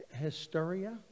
hysteria